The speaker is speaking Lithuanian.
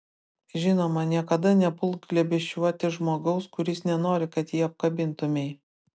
žinoma niekada nepulk glėbesčiuoti žmogaus kuris nenori kad jį apkabintumei